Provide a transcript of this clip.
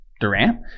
Durant